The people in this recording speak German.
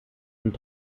und